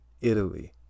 Italy